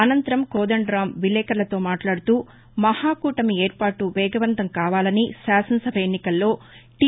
అనంతరం కోదండరామ్ విలేకర్లతో మాట్లాడుతూ మహాకూటమి ఏర్పాటు వేగవంతం కావాలని శాసనసభా ఎన్నికల్లో టి